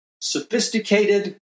sophisticated